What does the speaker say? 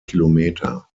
kilometer